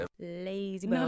lazy